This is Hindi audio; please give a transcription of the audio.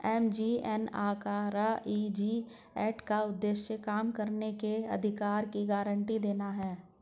एम.जी.एन.आर.इ.जी एक्ट का उद्देश्य काम करने के अधिकार की गारंटी देना है